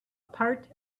part